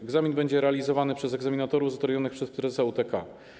Egzamin będzie realizowany przez egzaminatorów zatrudnionych przez prezesa UTK.